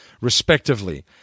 respectively